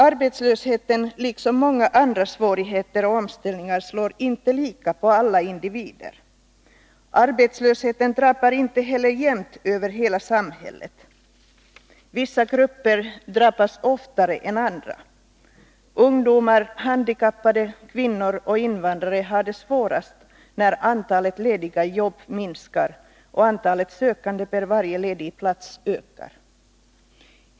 Arbetslösheten, liksom många andra svårigheter och omställningar, slår inte lika för alla individer. Arbetslösheten drabbar inte heller jämnt över hela samhället. Vissa grupper drabbas oftare än andra. Ungdomar, handikappade, kvinnor och invandrare har det svårast när antalet lediga jobb minskar och antalet sökande per varje ledig plats ökar.